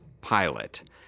pilot